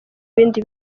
bindi